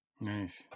Nice